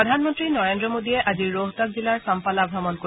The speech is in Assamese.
প্ৰধানমন্ত্ৰী নৰেন্দ্ৰ মোডীয়ে আজি ৰোহটক জিলাৰ চাম্পালা অমণ কৰিব